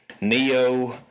Neo